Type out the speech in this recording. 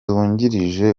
wungirije